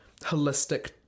holistic